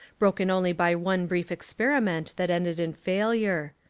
broken only by one brief experiment that ended in failure.